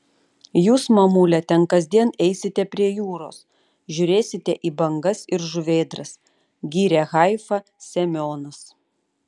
jūs mamule ten kasdien eisite prie jūros žiūrėsite į bangas ir žuvėdras gyrė haifą semionas